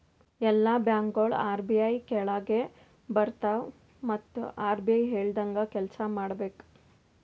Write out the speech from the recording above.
ಎಲ್ಲಾ ಬ್ಯಾಂಕ್ಗೋಳು ಆರ್.ಬಿ.ಐ ಕೆಳಾಗೆ ಬರ್ತವ್ ಮತ್ ಆರ್.ಬಿ.ಐ ಹೇಳ್ದಂಗೆ ಕೆಲ್ಸಾ ಮಾಡ್ಬೇಕ್